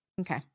Okay